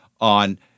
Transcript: on